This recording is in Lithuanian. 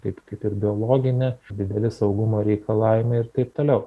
kaip kaip ir biologinė dideli saugumo reikalavimai ir taip toliau